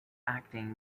acting